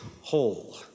whole